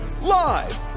live